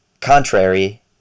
contrary